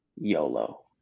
YOLO